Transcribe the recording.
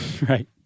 Right